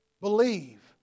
Believe